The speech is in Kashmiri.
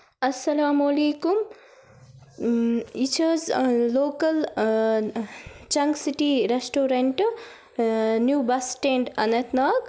اَسَلامُ علیکُم یہِ چھِ حظ لوکَل چَنٛگ city restaurant new bus stand Anant Nag